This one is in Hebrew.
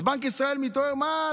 אז בנק ישראל מתעורר: מה,